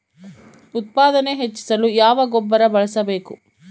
ಉತ್ಪಾದನೆ ಹೆಚ್ಚಿಸಲು ಯಾವ ಗೊಬ್ಬರ ಬಳಸಬೇಕು?